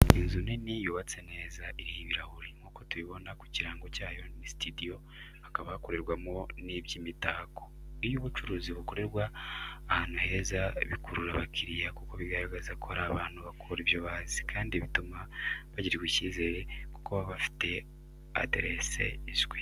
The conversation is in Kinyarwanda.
Inzu nini yubatse neza iriho ibirahure, nkuko tubibona ku kirango cyayo ni sitidiyo hakaba hakorerwamo n'iby'imitako. Iyo ubucuruzi bukorerwa ahantu heza bikurura abakiriya kuko bigaragaza ko ari abantu bakora ibyo bazi, kandi bituma bagirirwa ikizere kuko baba bafite aderese izwi.